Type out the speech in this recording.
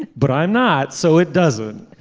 but i'm not. so it doesn't